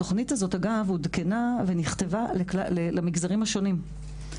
התוכנית הזאת אגב עודכנה ונכתבה למגזרים השונים,